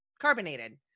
carbonated